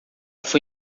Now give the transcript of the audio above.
foi